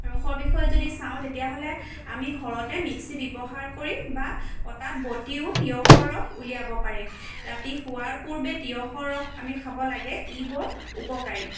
ৰসৰ বিষয়ে যদি চাওঁ তেতিয়াহ'লে আমি ঘৰতে মিক্সি ব্যৱহাৰ কৰি বা পতাত বটিও তিঁয়হৰ ৰস উলিয়াব পাৰি ৰাতি শোৱাৰ পূৰ্বে তিঁয়হৰ ৰস আমি খাব লাগে ই বৰ উপকাৰী